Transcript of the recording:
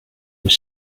was